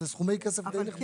אלה סכומי כסף נכבדים.